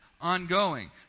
ongoing